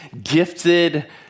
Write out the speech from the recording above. gifted